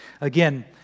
Again